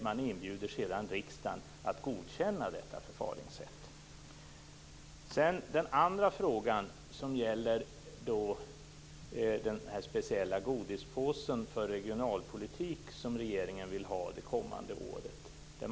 Man erbjuder sedan riksdagen att godkänna detta förfaringssätt. Den andra frågan gäller den speciella godispåse för regionalpolitik som regeringen vill ha det kommande året.